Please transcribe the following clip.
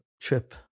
trip